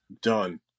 done